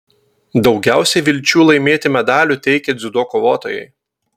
daugiausiai vilčių laimėti medalių teikė dziudo kovotojai